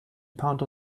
pound